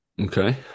Okay